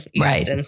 Right